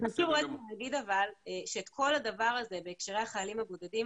חשוב להגיד שאת כל הדבר הזה בהקשרי החיילים הבודדים,